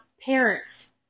parents